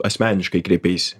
asmeniškai kreipeisi